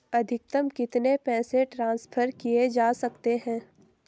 अधिकतम कितने पैसे ट्रांसफर किये जा सकते हैं?